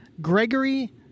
Gregory